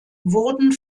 wurden